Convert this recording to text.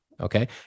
okay